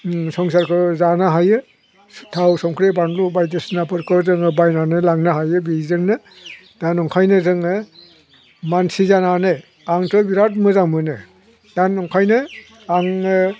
संसारखौ जानो हायो थाव संख्रि बानलु बायदिसिनाफोरखौ जोङो बायनानै लांनो हायो बेजोंनो दा ओंखायनो जोङो मानसि जानानै आंथ बिराद मोजां मोनो दा ओंखायनो आङो